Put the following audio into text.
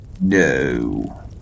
No